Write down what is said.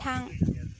थां